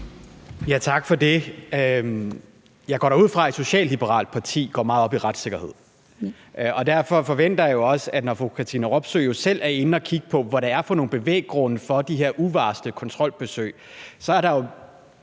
Tak for det. Jeg går da ud fra, at et socialliberalt parti går meget op i retssikkerhed. Og derfor forventer jeg også noget, når fru Katrine Robsøe jo selv er inde og kigge på, hvad der er for nogle bevæggrunde for de her uvarslede kontrolbesøg. Vi deltog